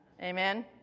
amen